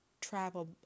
travel